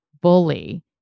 bully